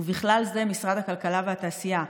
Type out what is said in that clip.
ובכלל זה משרד הכלכלה והתעשייה,